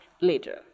later